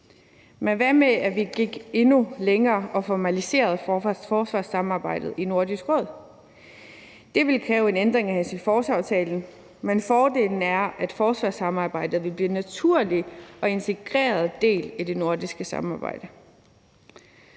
men hvad med, at vi gik endnu længere og formaliserede forsvarssamarbejdet i Nordisk Råd? Det ville kræve en ændring af Helsingforsaftalen, men fordelen er, at forsvarssamarbejdet vil blive en naturlig og integreret del af det nordiske samarbejde.